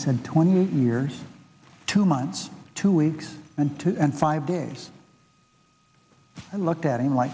he said twenty years two months two weeks and two and five days i looked at him like